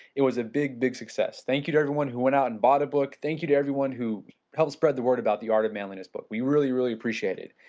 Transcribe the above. it was a big big success. thank you to everyone who went out and bought the book, thank you to everyone who helped spread the word about the art of manliness book, we really really appreciate it.